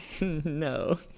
No